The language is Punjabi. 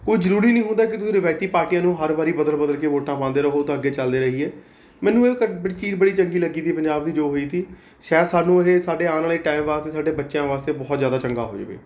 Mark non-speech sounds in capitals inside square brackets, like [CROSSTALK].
ਕੋਈ ਜ਼ਰੂਰੀ ਨਹੀਂ ਹੁੰਦਾ ਕਿ ਤੁਸੀਂ ਰਵਾਇਤੀ ਪਾਰਟੀਆਂ ਨੂੰ ਹਰ ਵਾਰੀ ਬਦਲ ਬਦਲ ਕੇ ਵੋਟਾਂ ਪਾਉਂਦੇ ਰਹੋ ਤਾਂ ਅੱਗੇ ਚਲਦੇ ਰਹੀਏ ਮੈਨੂੰ ਇਹ [UNINTELLIGIBLE] ਚੀਜ਼ ਬੜੀ ਚੰਗੀ ਲੱਗੀ ਤੀ ਪੰਜਾਬ ਦੀ ਜੋ ਹੋਈ ਤੀ ਸ਼ਾਇਦ ਸਾਨੂੰ ਇਹ ਸਾਡੇ ਆਉਣ ਵਾਲੇ ਟਾਈਮ ਵਾਸਤੇ ਸਾਡੇ ਬੱਚਿਆਂ ਵਾਸਤੇ ਬਹੁਤ ਜ਼ਿਆਦਾ ਚੰਗਾ ਹੋ ਜਾਵੇ